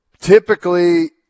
Typically